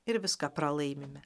ir viską pralaimime